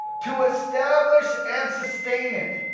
to establish and sustain it.